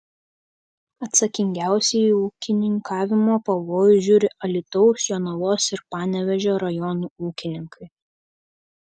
atsakingiausiai į ūkininkavimo pavojus žiūri alytaus jonavos ir panevėžio rajonų ūkininkai